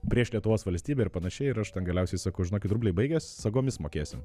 prieš lietuvos valstybę ir panašiai ir aš ten galiausiai sakau žinokit rubliai baigės sagomis mokėsim